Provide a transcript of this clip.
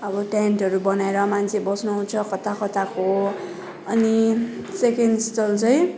अब टेन्टहरू बनाएर मान्छे बस्नु आउँछ कता कताको अनि सेकेन्ड स्थल चाहिँ